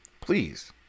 please